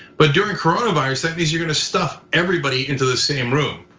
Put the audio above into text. but during coronavirus, that means you're gonna stuff everybody into the same room.